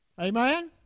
Amen